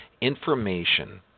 information